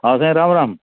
हा साईं राम राम